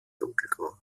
dunkelgrau